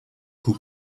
who